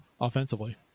offensively